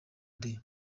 day